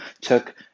took